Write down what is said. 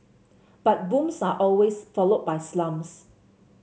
but booms are always followed by slumps